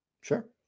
Sure